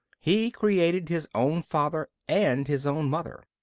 he created his own father and his own mother.